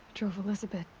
drove elisabet.